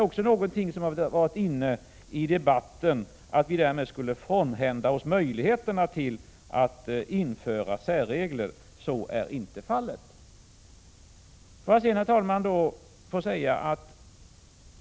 I debatten har det påståtts att Sverige skulle frånhända sig möjligheterna att införa särregler, men så är inte fallet. Herr talman!